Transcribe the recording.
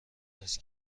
است